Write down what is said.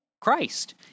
Christ